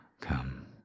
Come